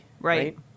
right